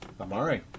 Amari